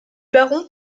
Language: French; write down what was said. baron